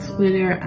Twitter